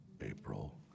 April